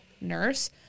nurse